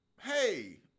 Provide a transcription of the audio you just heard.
hey